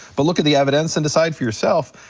but look at the evidence and decide for yourself.